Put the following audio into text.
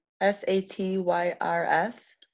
s-a-t-y-r-s